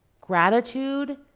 gratitude